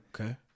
Okay